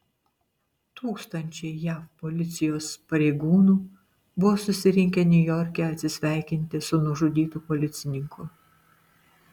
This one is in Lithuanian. tūkstančiai jav policijos pareigūnų buvo susirinkę niujorke atsisveikinti su nužudytu policininku